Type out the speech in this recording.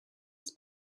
his